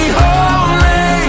holy